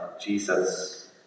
Jesus